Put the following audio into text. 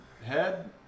head